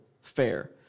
fair